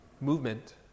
movement